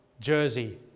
Jersey